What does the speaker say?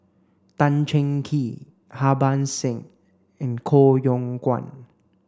Tan Cheng Kee Harbans Singh and Koh Yong Guan